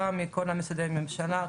גם מכל משרדי הממשלה,